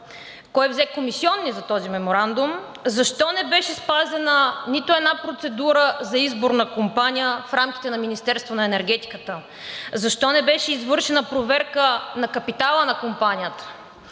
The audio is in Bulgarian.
Кой взе комисиони за този меморандум? Защо не беше спазена нито една процедура за избор на компания в рамките на Министерството на енергетиката? Защо не беше извършена проверка на капитала на компанията?